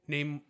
Name